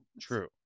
true